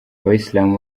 abayisilamu